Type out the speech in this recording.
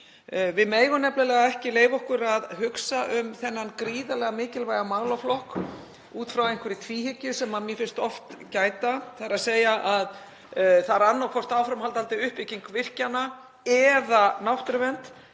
Við megum nefnilega ekki leyfa okkur að hugsa um þennan gríðarlega mikilvæga málaflokk út frá einhverri tvíhyggju sem mér finnst oft gæta, þ.e. að það sé annaðhvort áframhaldandi uppbygging virkjana eða náttúruvernd.